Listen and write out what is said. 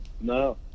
No